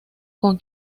con